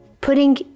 putting